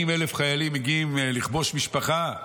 40,000 חיילים מגיעים לכבוש משפחה.